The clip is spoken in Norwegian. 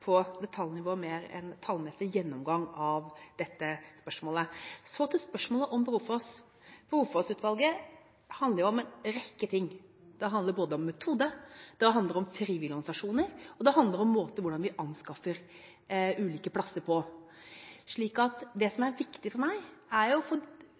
få en mer tallmessig gjennomgang av dette spørsmålet. Så til spørsmålet om Brofoss: Brofoss-utvalget handler jo om en rekke ting. Det handler både om metode, om frivillige organisasjoner, og det handler om måter å anskaffe ulike plasser på. Så det som er viktig for meg, er å få